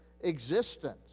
existence